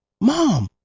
mom